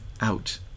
out